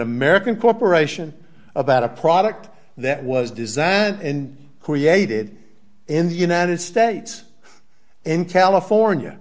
american corporation about a product that was designed and created in the united states in california